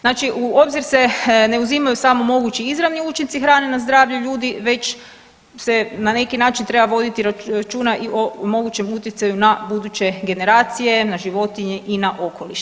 Znači u obzir se ne uzimaju samo mogući izravni učinci hrane na zdravlje ljudi već se na neki način treba voditi računa i o mogućem utjecaju na buduće generacije, na životinje i na okoliš.